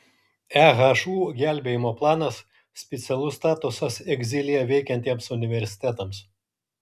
ehu gelbėjimo planas specialus statusas egzilyje veikiantiems universitetams